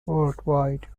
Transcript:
worldwide